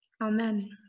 amen